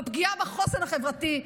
בפגיעה בחוסן החברתי,